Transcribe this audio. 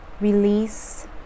release